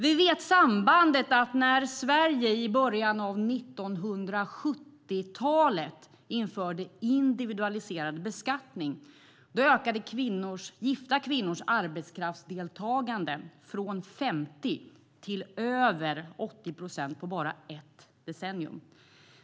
Vi vet sambandet att när Sverige i början av 1970-talet införde individualiserad beskattning ökade gifta kvinnors arbetskraftsdeltagande från 50 till över 80 procent på bara ett decennium.